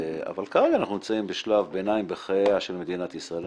אבל כרגע אנחנו נמצאים בשלב ביניים בחייה של מדינת ישראל.